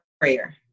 prayer